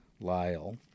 Lyle